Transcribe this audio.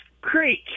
Creek